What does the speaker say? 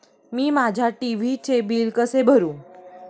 मी माझ्या टी.व्ही चे बिल कसे भरू?